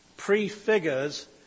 prefigures